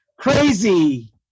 crazy